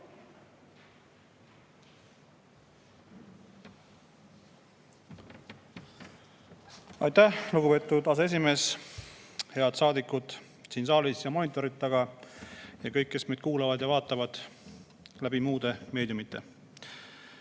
Aitäh, lugupeetud aseesimees! Head saadikud siin saalis ja monitoride taga ja kõik, kes meid kuulavad ja vaatavad läbi muude meediumite!